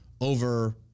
over